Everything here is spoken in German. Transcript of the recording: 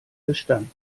bestand